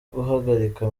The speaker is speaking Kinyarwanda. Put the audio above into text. guhagarika